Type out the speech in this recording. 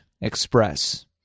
Express